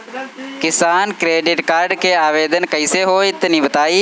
किसान credit card के आवेदन कईसे होई तनि बताई?